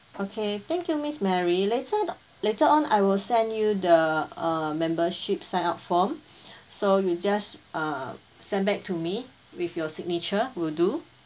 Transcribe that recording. okay thank you miss mary later later on I will send you the uh membership sign up form so you just uh send back to me with your signature will do